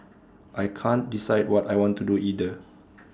I can't decide what I want to do either